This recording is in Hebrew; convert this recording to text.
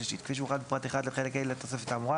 השלישית כפי שהוחל בפרט 1 בחלק ה' לתוספת האמורה